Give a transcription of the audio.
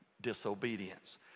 disobedience